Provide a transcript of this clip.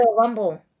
Rumble